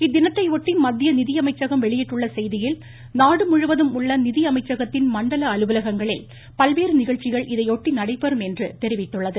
இத்தினத்தை ஒட்டி மத்திய நிதியமைச்சகம் வெளியட்டுள்ள செய்தியில் நாடுமுழுவதும் உள்ள நிதியமைச்சகத்தின் மண்டல அலுவலகங்களில் பல்வேறு நிகழ்ச்சிகள் இதையொட்டி நடைபெறும் என்று தெரிவித்துள்ளது